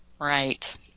Right